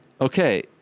okay